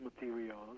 materials